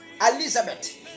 Elizabeth